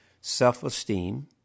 self-esteem